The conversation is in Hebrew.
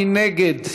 מי נגד?